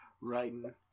writing